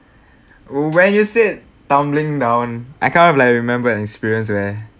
when you said tumbling down I kind of like remembered an experience where